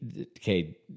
okay